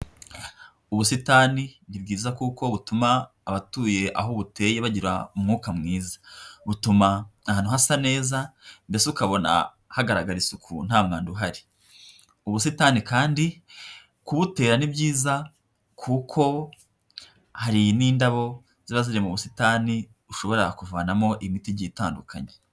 Ubusitani ni bwiza kuko butuma abatuye aho buteye bagira umwuka mwiza. Butuma ahantu hasa neza, mbetse ukabona hagaragara isuku nta mwanda uhari. Ubusitani kandi kubutera ni byiza kuko hari n'indabo ziba ziri mu busitani ushobora kuvanamo imiti igiye itandukanye.